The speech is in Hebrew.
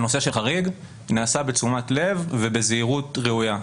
הנושא של חריג נעשה בתשומת לב ובזהירות ראויה.